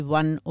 one